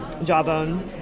jawbone